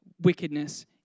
wickedness